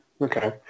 okay